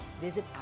visit